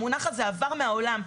המונח הזה עבר מהעולם.